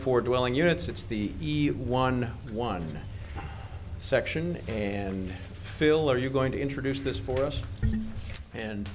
four dwelling units it's the one one section and phil are you going to introduce this for us and